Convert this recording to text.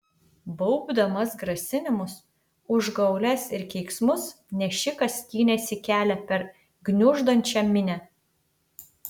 baubdamas grasinimus užgaules ir keiksmus nešikas skynėsi kelią per gniuždančią minią